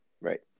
Right